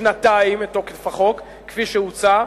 בשנתיים את תוקף החוק, כפי שהוצע,